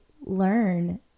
learn